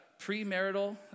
premarital